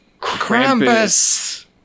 Krampus